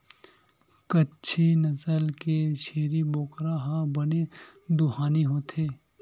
कच्छी नसल के छेरी बोकरा ह बने दुहानी होथे